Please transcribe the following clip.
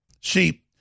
See